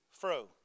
fro